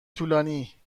طولانی